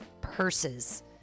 purses